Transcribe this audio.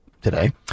today